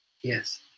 yes